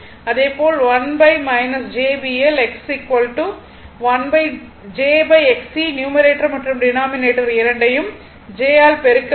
அதேபோல் 1 jBL X j XC numerator மற்றும் denominator இரண்டையும் j ஆல் பெருக்க வேண்டும்